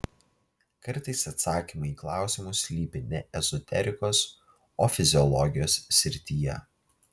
kartais atsakymai į klausimus slypi ne ezoterikos o fiziologijos srityje